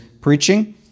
preaching